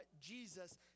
Jesus